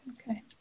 Okay